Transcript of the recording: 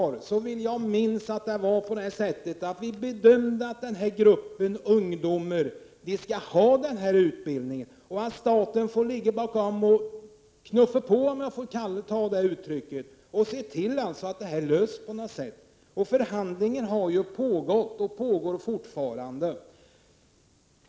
När det gäller frågan om statens ansvar vill jag minnas att vi bedömde att denna grupp ungdomar skall ha denna utbildning och att staten, om jag får uttrycka mig så, får ligga bakom och knuffa på för att se till att detta problem löses på något sätt. Förhandlingar har ju pågått och pågår fortfarande.